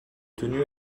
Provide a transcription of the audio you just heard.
tenu